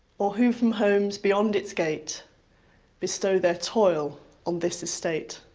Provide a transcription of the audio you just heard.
or who from homes beyond its gate bestow their toil on this estate!